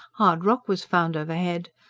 hard rock was found overhead,